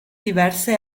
diverse